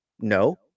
No